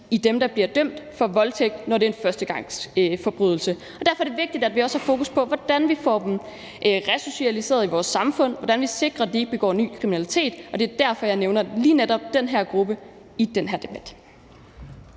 af dem, der bliver dømt for voldtægt, når det er en førstegangsforbrydelse. Derfor er det vigtigt, at vi også har fokus på, hvordan vi får dem resocialiseret i vores samfund, og hvordan vi sikrer, at de ikke begår ny kriminalitet, og det er derfor, at jeg nævner lige netop den her gruppe i den her debat.